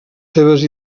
seves